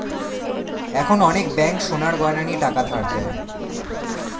এখন অনেক ব্যাঙ্ক সোনার গয়না নিয়ে টাকা ধার দেয়